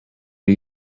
new